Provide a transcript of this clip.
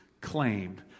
claimed